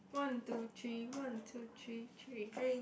one two three one two three three